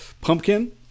Pumpkin